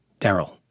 Daryl